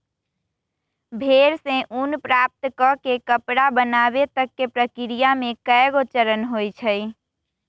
भेड़ से ऊन प्राप्त कऽ के कपड़ा बनाबे तक के प्रक्रिया में कएगो चरण होइ छइ